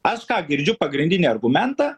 aš ką girdžiu pagrindinį argumentą